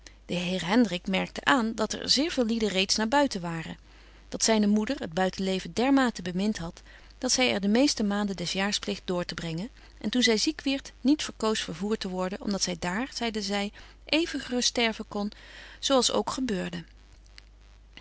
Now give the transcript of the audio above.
de heer hendrik merkte aan dat er zeer veel lieden reeds naar buiten waren dat zyne moeder het buitenleven dermate bemint hadt dat zy er de meeste maanden des jaars pleeg door te brengen en toen zy ziek wierdt niet verkoos vervoert te worden om dat zy dààr zeide zy even gerust sterven kon zo als ook gebeurde